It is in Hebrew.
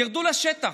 תרדו לשטח,